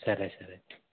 సరే సార్ ఐతే